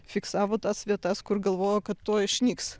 fiksavo tas vietas kur galvojo kad tuoj išnyks